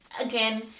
again